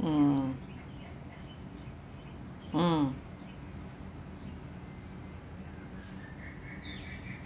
mm mm